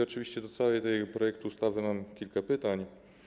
Oczywiście co do całego tego projektu ustawy mam kilka pytań.